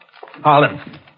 Harlan